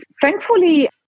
thankfully